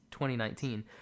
2019